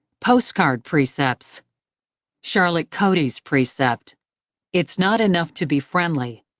postcard precepts charlotte cody's precept it's not enough to be friendly.